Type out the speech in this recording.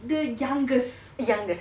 the youngest